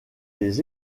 des